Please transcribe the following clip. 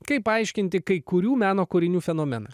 kaip paaiškinti kai kurių meno kūrinių fenomeną